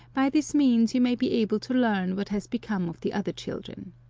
by this means you may be able to learn what has become of the other children.